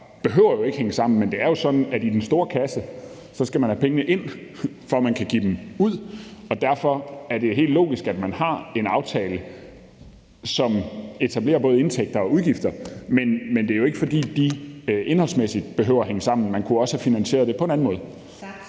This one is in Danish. behøver ikke at hænge sammen, men det er jo sådan, at i den store kasse skal man have pengene ind, for at man kan give dem ud. Derfor er det helt logisk, at man har en aftale, som etablerer både indtægter og udgifter, men det er jo ikke, fordi de indholdsmæssigt behøver at hænge sammen. Man kunne også have finansieret det på en anden måde.